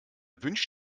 wünsch